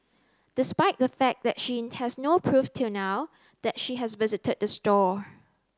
despite the fact that she has no proof till now that she has visited the store